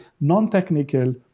non-technical